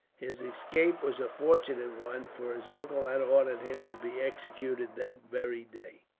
his escape was a fortunate one, for his uncle had ordered him to be executed that very day.